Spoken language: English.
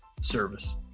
service